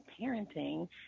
parenting